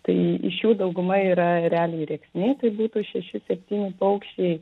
tai iš jų dauguma yra ereliai rėksniai tai būtų šeši septyni paukščiai